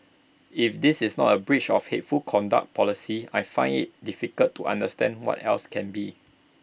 if this is not A breach of hateful conduct policy I find IT difficult to understand what else can be